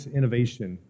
Innovation